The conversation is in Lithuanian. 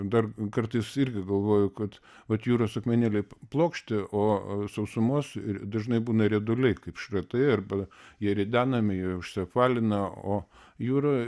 dar kartais irgi galvoju kad vat jūros akmenėliai plokšti o sausumos ir dažnai būna ir rieduliai kaip šratai arba jie ridenami jie užsiapvalina o jūroj